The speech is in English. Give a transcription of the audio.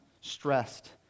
stressed